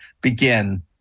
begin